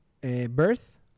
birth